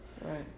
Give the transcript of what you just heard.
Right